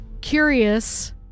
curious